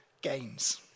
gains